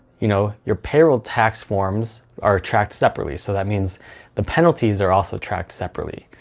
you know your payroll tax forms are tracked separately, so that means the penalties are also tracked separately.